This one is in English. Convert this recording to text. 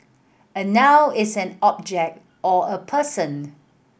a noun is an object or a person